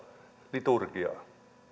liturgiaa